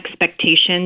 expectations